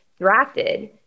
drafted